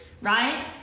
right